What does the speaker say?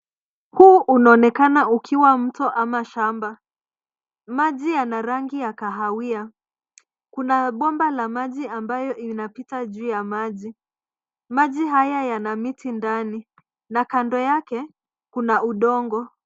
Huu unaonekana ukiwa mto ama shamba. Maji yana rangi ya kahawia. Kuna bomba la maji ambayo inapita juu ya maji. Maji haya yana miti ndani na kando yake kuna udongo.